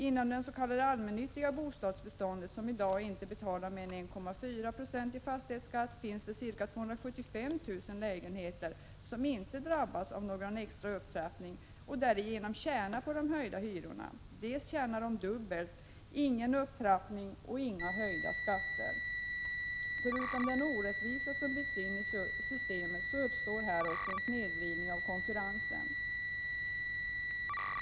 Inom det s.k. allmännyttiga bostadsbeståndet, som i dag inte betalar mer än 1,4 Yi fastighetsskatt, finns det ca 275 000 lägenheter som inte drabbats av någon extra upptrappning och som därigenom tjänar på de höjda hyrorna. Dessa tjänar alltså dubbelt: De får ingen upptrappning och ingen höjd skatt. Förutom den orättvisa som byggs in i systemet uppstår här också en snedvridning av konkurrensen.